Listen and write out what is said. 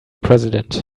president